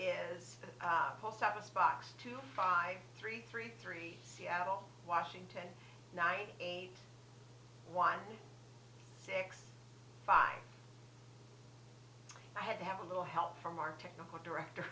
the post office box two five three three three seattle washington ninety eight one six five i had to have a little help from our technical director